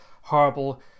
horrible